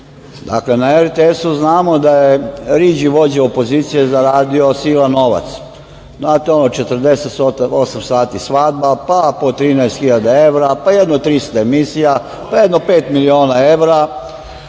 N2.Dakle, na RTS-u znamo da je Riđi vođa opozicije zaradio silan novac. Znate ono - 48 sati svadba, pa po 13 hiljada evra, pa jedno 300 emisija, pa jedno pet miliona evra